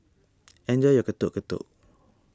enjoy your Getuk Getuk